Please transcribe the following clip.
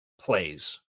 plays